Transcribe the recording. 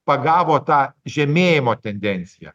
pagavo tą žemėjimo tendenciją